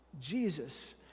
Jesus